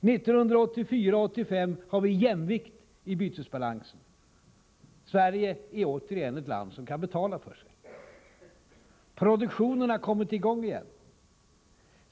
1984 och 1985 har vi jämvikt i bytesbalansen. Sverige är återigen ett land som kan betala för sig. Produktionen har kommit i gång igen.